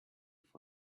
for